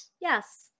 yes